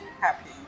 Happy